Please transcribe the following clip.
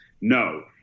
no